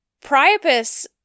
Priapus